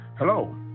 Hello